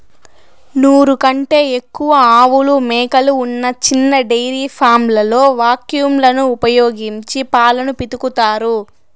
నూరు కంటే ఎక్కువ ఆవులు, మేకలు ఉన్న చిన్న డెయిరీ ఫామ్లలో వాక్యూమ్ లను ఉపయోగించి పాలను పితుకుతారు